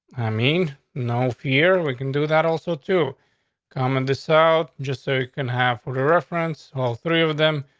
i mean, no fear weaken. do that also to come and this out just so you can have for the reference or three of them.